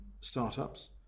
startups